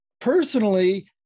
personally